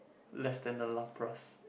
less than the Lapras